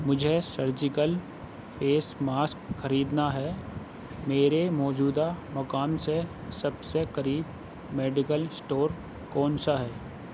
مجھے surgical face mask خریدنا ہے میرے موجودہ مقام سے سب سے قریب میڈیکل اسٹور کون سا ہے